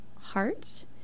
Heart